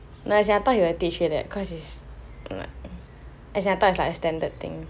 like as in I thought they will teach you that cause it's like as in I thought it's like a standard thing